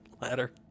ladder